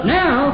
now